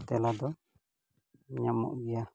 ᱛᱮᱞᱟ ᱫᱚ ᱧᱟᱢᱚᱜ ᱜᱮᱭᱟ